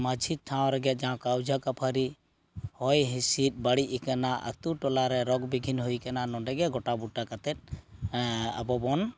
ᱢᱟᱡᱷᱤ ᱴᱷᱟᱶ ᱨᱮᱜᱮ ᱡᱟᱦᱟᱸ ᱠᱟᱣᱡᱟ ᱠᱟᱯᱷᱟᱨᱤ ᱦᱚᱭ ᱦᱤᱸᱥᱤᱫ ᱵᱟᱹᱲᱤᱡ ᱟᱠᱟᱱᱟ ᱟᱛᱩ ᱴᱚᱞᱟᱨᱮ ᱨᱚᱜᱽᱵᱤᱜᱷᱤᱱ ᱦᱩᱭ ᱟᱠᱟᱱᱟ ᱱᱚᱸᱰᱮᱜᱮ ᱜᱚᱴᱟ ᱵᱩᱴᱟ ᱹᱠᱟᱛᱮᱫ ᱟᱵᱚᱵᱚᱱ